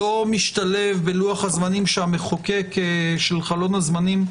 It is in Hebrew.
לא משתלב בלוח הזמנים שהמחוקק של חלון הזמנים,